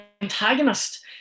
antagonist